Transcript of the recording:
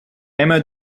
emma